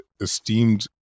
esteemed